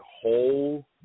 whole